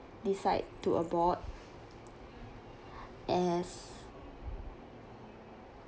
decide to abort as